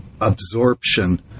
absorption